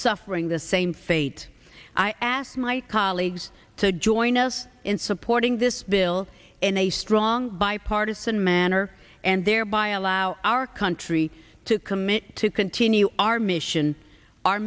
suffering the same fate i asked my colleagues to join us in supporting this bill in a strong bipartisan manner and thereby allow our country to commit to continue our mission our